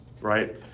right